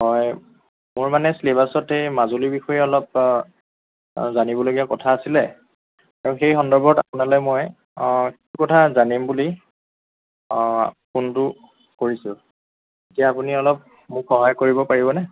হয় মোৰ মানে চিলেবাছত মাজুলী বিষয়ে অলপ জানিবলগীয়া কথা আছিলে আৰু সেই সন্দৰ্ভত আপোনালৈ মই কিছু কথা জানিম বুলি ফোনটো কৰিছোঁ এতিয়া আপুনি অলপ মোক সহায় কৰিব পাৰিবনে